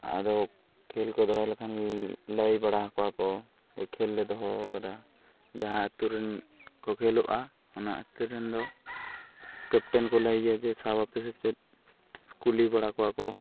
ᱟᱫᱚ ᱠᱷᱮᱞ ᱠᱚ ᱫᱚᱦᱚ ᱞᱮᱠᱷᱟᱱ ᱞᱟᱹᱭ ᱵᱟᱲᱟᱣ ᱠᱚᱣᱟᱠᱚ ᱠᱷᱮᱞ ᱞᱮ ᱫᱚᱦᱚᱣ ᱠᱟᱫᱟ ᱡᱟᱦᱟᱸ ᱟᱹᱛᱩᱨᱮᱱ ᱠᱚ ᱠᱷᱮᱞᱳᱜᱼᱟ ᱚᱱᱟ ᱟᱹᱛᱩᱨᱮᱱ ᱫᱚ ᱠᱮᱯᱴᱮᱱ ᱠᱚ ᱞᱟᱹᱭ ᱭᱟ ᱡᱮ ᱥᱟᱵᱟᱯᱮ ᱥᱮ ᱪᱮᱫ ᱠᱩᱞᱤ ᱵᱟᱲᱟ ᱠᱚᱣᱟ ᱠᱚ